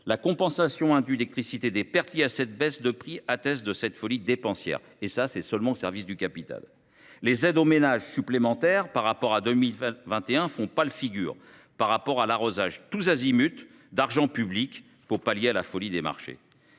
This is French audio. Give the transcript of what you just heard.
La compensation indue aux fournisseurs d’électricité des pertes liées à cette baisse de prix atteste de cette folie dépensière au service du capital. Les aides aux ménages supplémentaires par rapport à 2021 font pâle figure par rapport à l’arrosage tous azimuts d’argent public pour pallier la folie des marchés.